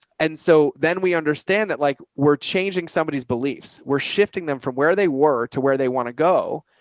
and so then we understand that like we're changing somebody's beliefs, we're shifting them from where they were to where they want to go.